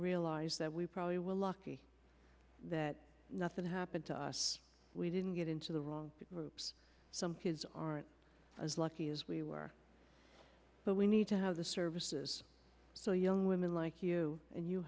realize that we probably were lucky that nothing happened to us we didn't get into the wrong group so some kids aren't as lucky as we were but we need to have the services so young women like you and you